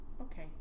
okay